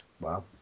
Wow